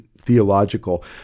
theological